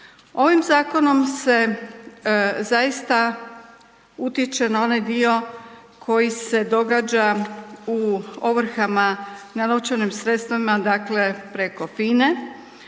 Ovim zakonom se zaista utječe na onaj dio koji se događa u ovrhama na novčanim sredstvima, dakle preko